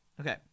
Okay